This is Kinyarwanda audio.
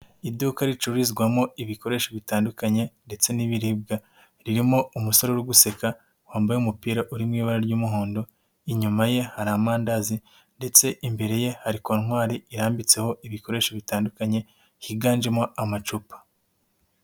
Iduka ricururizwamo ibikoresho bitandukanye ndetse n'ibiribwa, ririmo umusore uriguseka wambaye umupira uri mu ibara ry'umuhondo, inyuma ye hari amandazi ndetse imbere ye hari kontwari irambitseho ibikoresho bitandukanye, higanjemo amacupa.